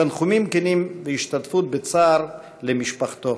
תנחומים כנים והשתתפות בצער משפחתו.